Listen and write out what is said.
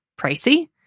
pricey